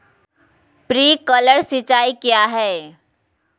Sprinkler सिंचाई क्या है?